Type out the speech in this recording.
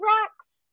rocks